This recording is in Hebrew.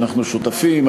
אנחנו שותפים,